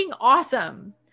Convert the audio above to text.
awesome